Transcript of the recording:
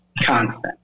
constant